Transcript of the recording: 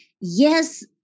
yes